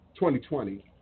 2020